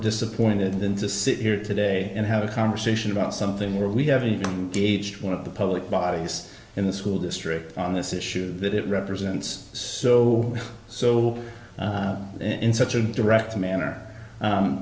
disappointed than to sit here today and have a conversation about something where we have one of the public bodies in the school district on this issue that it represents so so in such a direct manner